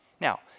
Now